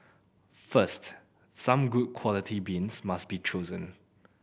first some good quality beans must be chosen